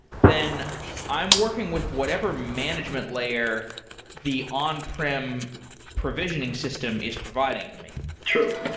then i'm working with whatever management layer the on-prem provisioning system is providing to me true.